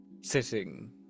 Sitting